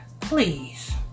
please